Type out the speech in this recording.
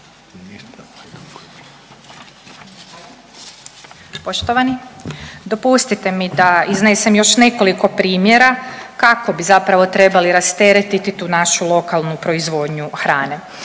Poštovani dopustite mi da iznesem još nekoliko primjera kako bi zapravo trebali rasteretiti tu našu lokalnu proizvodnju hrane.